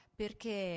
perché